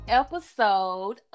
episode